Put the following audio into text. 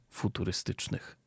futurystycznych